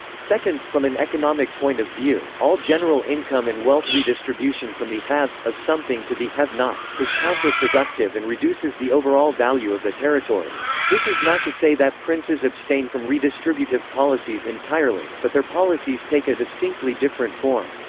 second, from an economic point of view, all general income and wealth redistribution from the haves of something to the have-nots is counterproductive and reduces the overall value of the territory. this is not to say that princes abstain abstain from redistributive policies entirely, but their policies take a distinctly different form.